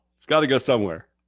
it's gotta go somewhere.